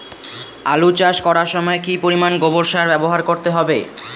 আলু চাষ করার সময় কি পরিমাণ গোবর সার ব্যবহার করতে হবে?